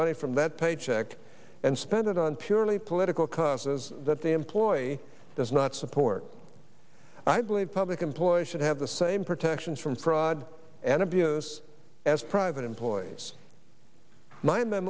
money from that paycheck and spend it on purely political causes that the employee does not support i believe public employees should have the same protections from fraud and abuse as private employees mind the